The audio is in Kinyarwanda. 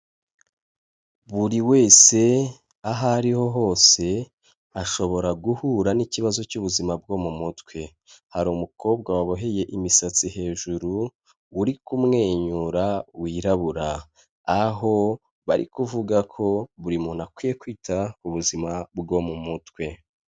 Buri wese aho ariho hose, ashobora guhura n'ikibazo cy'ubuzima bwo mu mutwe, hari umukobwa waboheye imisatsi hejuru, uri kumwenyura wirabura, aho bari kuvuga ko buri muntu akwiye kwita ku buzima bwo mu mutwe.